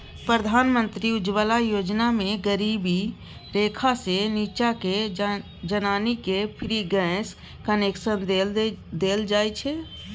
प्रधानमंत्री उज्जवला योजना मे गरीबी रेखासँ नीच्चाक जनानीकेँ फ्री गैस कनेक्शन देल जाइ छै